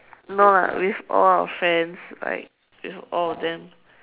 no lah with all our friends like with all of them